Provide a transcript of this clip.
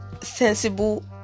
sensible